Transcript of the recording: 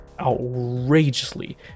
outrageously